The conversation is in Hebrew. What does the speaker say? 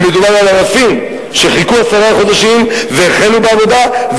ומדובר על אלפים שחיכו עשרה חודשים והחלו בעבודה,